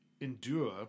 endure